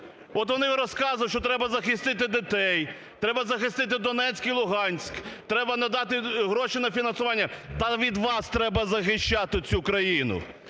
От, вони розказують, що треба захистити дітей, треба захистити Донецьк і Луганськ, треба надати гроші на фінансування. Та від вас треба захищати цю країну!